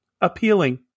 appealing